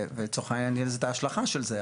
ולצורך העניין יהיה לזה את ההשלכה של זה.